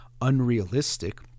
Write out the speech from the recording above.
unrealistic